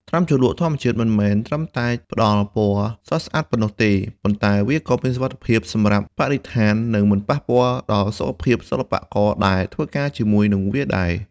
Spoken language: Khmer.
ថ្នាំជ្រលក់ធម្មជាតិមិនមែនត្រឹមតែផ្តល់ពណ៌ស្រស់ស្អាតប៉ុណ្ណោះទេ ប៉ុន្តែវាក៏មានសុវត្ថិភាពសម្រាប់បរិស្ថាននិងមិនប៉ះពាល់ដល់សុខភាពសិល្បករដែលធ្វើការជាមួយនឹងវាដែរ។